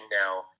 now